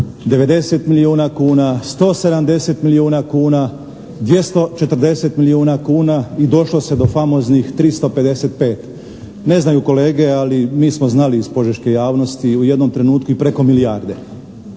90 milijuna kuna, 170 milijuna kuna, 240 milijuna kuna i došlo se do famoznih 355. Ne znaju kolege ali mi smo znali iz požeške javnosti u jednom trenutku i preko milijarde,